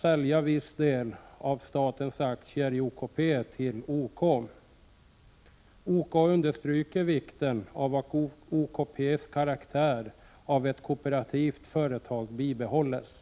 sälja viss del av statens aktier i OKP till OK. OK understryker vikten av att OKP:s karaktär av ett kooperativt företag bibehålls.